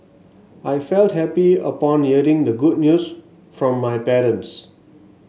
I felt happy upon hearing the good news from my parents